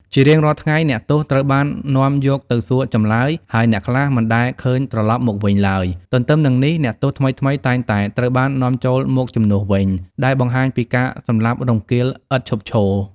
ជារៀងរាល់ថ្ងៃ អ្នកទោសត្រូវបាននាំយកទៅសួរចម្លើយ ហើយអ្នកខ្លះមិនដែលឃើញត្រឡប់មកវិញឡើយ។ ទន្ទឹមនឹងនេះ អ្នកទោសថ្មីៗតែងតែត្រូវបាននាំចូលមកជំនួសវិញ ដែលបង្ហាញពីការសម្លាប់រង្គាលឥតឈប់ឈរ។